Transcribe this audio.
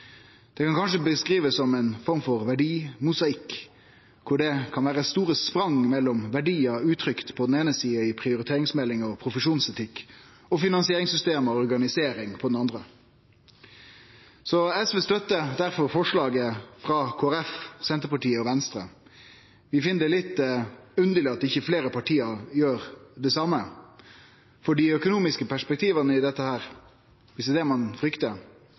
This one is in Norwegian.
Ein kan kanskje beskrive det som ei form for verdimosaikk, der det kan vere store sprang mellom verdiar uttrykte i prioriteringsmeldingar og profesjonsetikk på den eine sida og i finansieringssystem og organisering på den andre. SV støttar difor forslaget frå Kristeleg Folkeparti, Senterpartiet og Venstre. Vi finn det litt underleg at ikkje fleire parti gjer det same, for dei økonomiske perspektiva i dette, viss det er det ein fryktar,